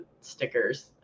stickers